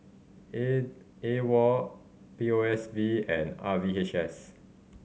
A AWOL P O S B and R V H S